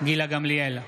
גמליאל,